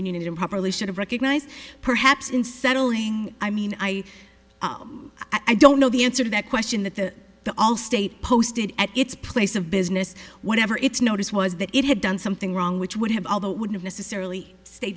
union it improperly should have recognized perhaps in settling i mean i i don't know the answer to that question that the the allstate posted at its place of business whatever its notice was that it had done something wrong which would have although it wouldn't necessarily sta